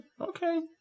Okay